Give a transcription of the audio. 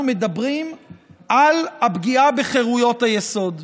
מדברים על הפגיעה בחירויות היסוד.